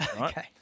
Okay